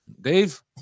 Dave